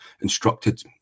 instructed